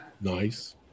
Nice